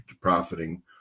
profiting